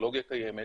הטכנולוגיה קיימת